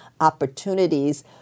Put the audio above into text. opportunities